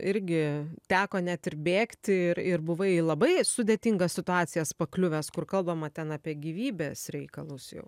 irgi teko net ir bėgti ir ir buvai labai sudėtingas situacijas pakliuvęs kur kalbama ten apie gyvybės reikalus jau